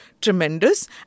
tremendous